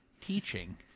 teaching